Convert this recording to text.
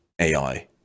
AI